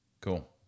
Cool